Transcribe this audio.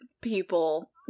people